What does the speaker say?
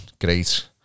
great